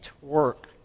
work